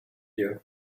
you